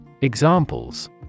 Examples